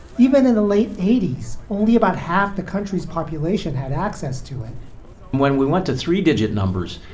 even in the late eighty. only about half the country's population had access to it when we went to three digit numbers,